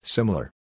Similar